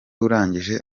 urangije